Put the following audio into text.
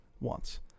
wants